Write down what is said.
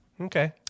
Okay